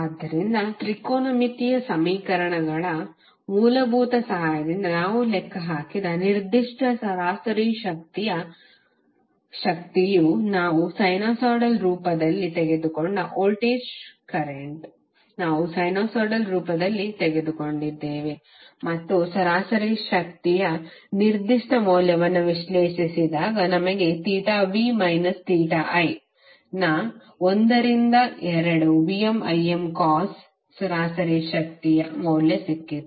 ಆದ್ದರಿಂದ ತ್ರಿಕೋನಮಿತಿಯ ಸಮೀಕರಣಗಳ ಮೂಲಭೂತ ಸಹಾಯದಿಂದ ನಾವು ಲೆಕ್ಕಹಾಕಿದ ನಿರ್ದಿಷ್ಟ ಸರಾಸರಿ ಶಕ್ತಿಯು ನಾವು ಸೈನುಸಾಯಿಡಲ್ ರೂಪದಲ್ಲಿ ತೆಗೆದುಕೊಂಡ ವೋಲ್ಟೇಜ್ ಕರೆಂಟ್ ನಾವು ಸೈನುಸಾಯಿಡಲ್ ರೂಪದಲ್ಲಿ ತೆಗೆದುಕೊಂಡಿದ್ದೇವೆ ಮತ್ತು ಸರಾಸರಿ ಶಕ್ತಿಯ ನಿರ್ದಿಷ್ಟ ಮೌಲ್ಯವನ್ನು ವಿಶ್ಲೇಷಿಸಿದಾಗ ನಮಗೆ theta V minus theta i ನ 1 ರಿಂದ 2 VmIm cos ಕಾಸ್ನ ಸರಾಸರಿ ಶಕ್ತಿಯ ಮೌಲ್ಯ ಸಿಕ್ಕಿತು